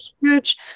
huge